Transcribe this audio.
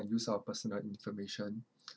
and use our personal information